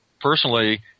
personally